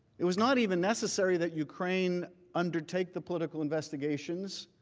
it was not even necessary that ukraine undertake the political investigations.